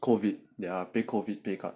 COVID 因为 COVID 对 mah